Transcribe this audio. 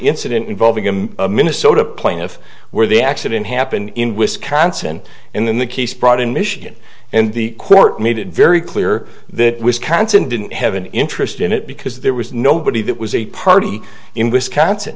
incident involving him a minnesota plaintiff where the accident happened in wisconsin in the case brought in michigan and the court made it very clear that wisconsin didn't have an interest in it because there was nobody that was a party in wisconsin